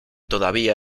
todavía